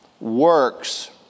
Works